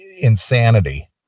insanity